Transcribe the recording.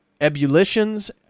ebullitions